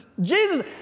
Jesus